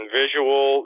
visual